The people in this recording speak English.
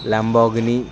Lamborghini